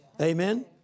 Amen